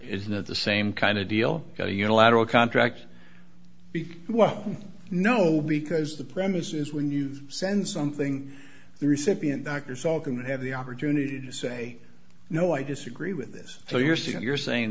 isn't it the same kind of deal a unilateral contract well no because the premise is when you send something the recipient actors all can have the opportunity to say no i disagree with this so you're saying you're saying